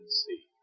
see